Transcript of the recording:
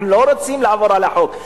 אנחנו לא רוצים לעבור על החוק,